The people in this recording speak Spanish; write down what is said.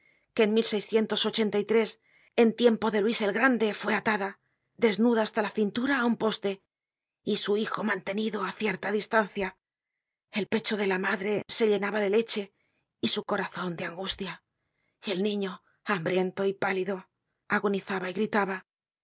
que en en tiempo de luis el grande fue atada desnuda hasta la cintura á un poste y su hijo mantenido á cierta distancia el pecho de la madre se llenaba de leche y su corazon de angustia y el niño hambriento y pálido agonizaba y gritaba